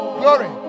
glory